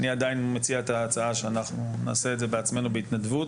אני עדיין מציע את ההצעה שאנחנו נעשה את זה בעצמנו בהתנדבות.